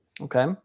Okay